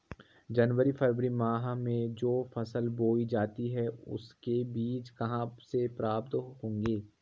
जनवरी फरवरी माह में जो फसल बोई जाती है उसके बीज कहाँ से प्राप्त होंगे?